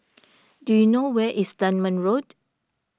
do you know where is Dunman Road